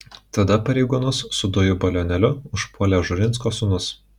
tada pareigūnus su dujų balionėliu užpuolė žurinsko sūnus